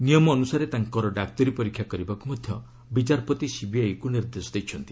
ନିୟମ ଅନୁସାରେ ତାଙ୍କର ଡାକ୍ତରୀ ପରୀକ୍ଷା କରିବାକୁ ମଧ୍ୟ ବିଚାରପତି ସିବିଆଇକୁ ନିର୍ଦ୍ଦେଶ ଦେଇଛନ୍ତି